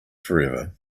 forever